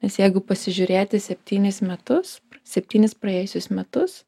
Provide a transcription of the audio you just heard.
nes jeigu pasižiūrėti septynis metus septynis praėjusius metus